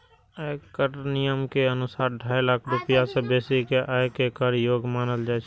आयकर नियम के अनुसार, ढाई लाख रुपैया सं बेसी के आय कें कर योग्य मानल जाइ छै